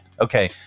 okay